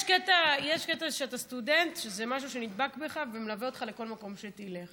יש קטע כשאתה סטודנט שזה משהו שדבק בך ומלווה אותך לכל מקום שתלך.